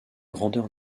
grandeur